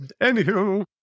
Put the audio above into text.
Anywho